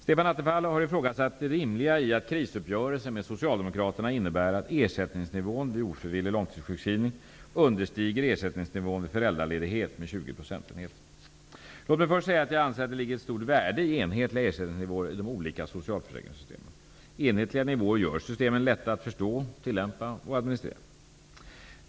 Stefan Attefall har ifrågasatt det rimliga i att krisuppgörelsen med Socialdemokraterna innebär att ersättningsnivån vid ofrivillig långtidssjukskrivning understiger ersättningsnivån vid föräldraledighet med 20 procentenheter. Låt mig först säga att jag anser att det ligger ett stort värde i enhetliga ersättningsnivåer i de olika socialförsäkringssystemen. Enhetliga nivåer gör systemen lätta att förstå, tillämpa och administrera.